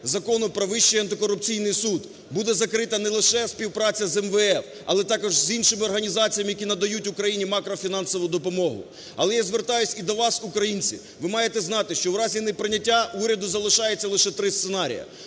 Закону про Вищий антикорупційний суд буде закрита не лише співпраця з МВФ, але також з іншими організаціями, які надають Україні макрофінансову допомогу. Але я звертаюся і до вас, українці, ви маєте знати, що в разі неприйняття уряду залишається лише три сценарії: